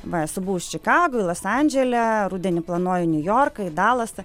va esu buvus čikagoj los andžele rudenį planuoju į niujorką į dalasą